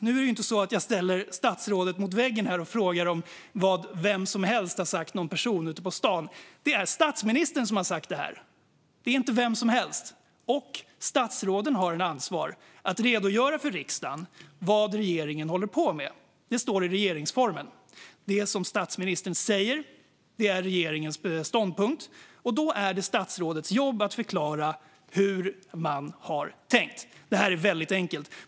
Nu är det ju inte så att jag ställer statsrådet mot väggen här och talar om vad vem som helst har sagt, någon person ute på stan, utan det är statsministern som har sagt det här. Det är inte vem som helst. Och statsråden har ett ansvar att redogöra för riksdagen vad regeringen håller på med. Det står i regeringsformen. Det som statsministern säger är regeringens ståndpunkt, och då är det statsrådets jobb att förklara hur man har tänkt. Det här är väldigt enkelt.